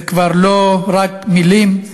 זה כבר לא רק מילים.